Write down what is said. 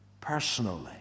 personally